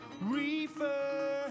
Reefer